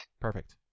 Perfect